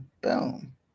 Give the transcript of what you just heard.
Boom